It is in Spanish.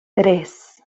tres